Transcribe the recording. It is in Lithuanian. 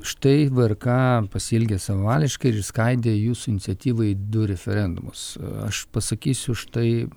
štai vrk pasielgė savavališkai ir išskaidė jūsų iniciatyvą į du referendumus aš pasakysiu štai